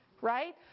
Right